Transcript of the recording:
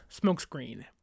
smokescreen